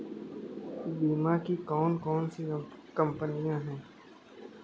बीमा की कौन कौन सी कंपनियाँ हैं?